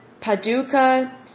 Paducah